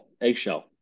Eggshell